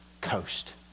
coast